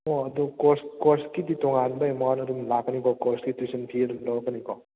ꯑꯣ ꯑꯗꯣ course course ꯀꯤꯗꯤ ꯇꯣꯉꯥꯟꯕ ꯑꯦꯃꯥꯎꯟ ꯑꯗꯨꯝ ꯂꯥꯛꯀꯅꯤꯀꯣ ꯀꯣꯔꯁꯀꯤ ꯇ꯭ꯌꯨꯁꯟ ꯐꯤ ꯑꯗꯨꯝ ꯂꯧꯔꯛꯀꯅꯤꯀꯣ